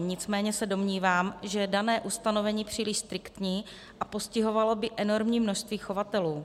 Nicméně se domnívám, že dané ustanovení je příliš striktní a postihovalo by enormní množství chovatelů.